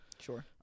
sure